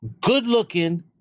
good-looking